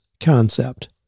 concept